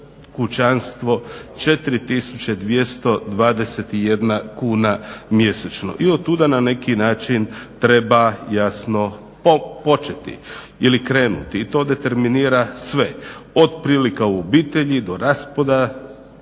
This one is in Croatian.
kućanstvo 4221 kuna mjesečno. I od tuda na neki način treba jasno početi ili krenuti, i to determinira sve. Od prilika u obitelji do raspada